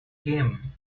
came